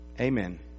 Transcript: Amen